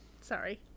Sorry